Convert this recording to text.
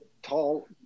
tall